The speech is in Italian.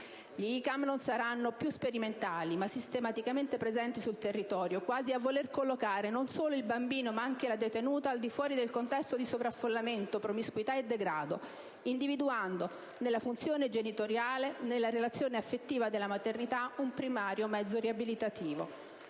Gli ICAM non saranno più sperimentali, ma sistematicamente presenti sul territorio, quasi a voler collocare non solo il bambino, ma anche la detenuta al di fuori del contesto di sovraffollamento, promiscuità e degrado, individuando nella funzione genitoriale, nella relazione affettiva della maternità, un primario mezzo riabilitativo.